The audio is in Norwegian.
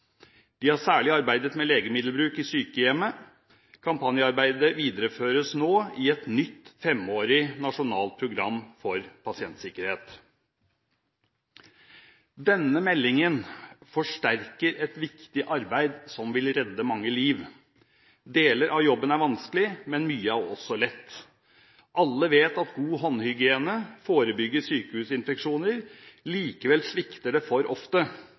De har særlig arbeidet med legemiddelbruk i sykehjem. Kampanjearbeidet videreføres nå i et nytt, femårig nasjonalt program for pasientsikkerhet. Denne meldingen forsterker et viktig arbeid som vil redde mange liv. Deler av jobben er vanskelig, men mye er også lett. Alle vet at god håndhygiene forebygger sykehusinfeksjoner. Likevel svikter det for ofte.